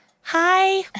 Hi